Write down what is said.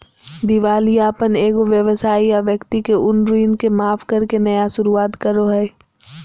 दिवालियापन एगो व्यवसाय या व्यक्ति के उन ऋण के माफ करके नया शुरुआत करो हइ